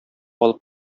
алып